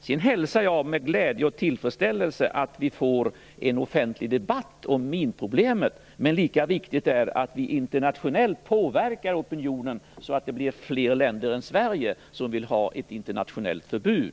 Sedan hälsar jag med glädje och tillfredsställelse att vi får en offentlig debatt om minproblemet. Men lika viktigt är att vi internationellt påverkar opinionen så att det blir fler länder än Sverige som vill ha ett internationellt förbud.